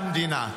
והמדינה.